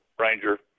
ranger